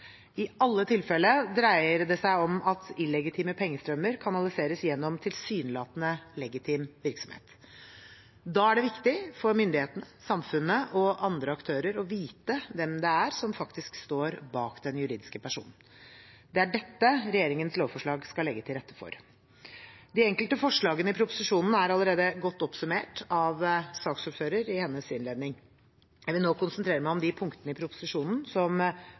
I alle tilfelle dreier det seg om at illegitime pengestrømmer kanaliseres gjennom tilsynelatende legitim virksomhet. Da er det viktig for myndighetene, samfunnet og andre aktører å vite hvem det er som faktisk står bak den juridiske personen. Det er dette regjeringens lovforslag skal legge til rette for. De enkelte forslagene i proposisjonen er allerede godt oppsummert av saksordføreren i hennes innledning. Jeg vil nå konsentrere meg om de punktene i proposisjonen som